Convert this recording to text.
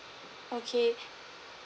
okay